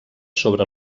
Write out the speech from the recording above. sobre